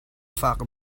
faak